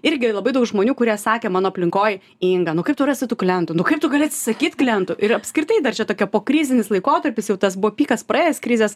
irgi labai daug žmonių kurie sakė mano aplinkoj inga nu kaip tu rasi tų klientų nu kaip tu gali atsisakyt klientų ir apskritai dar čia tokia pokrizinis laikotarpis jau tas buvo pikas praėjęs krizės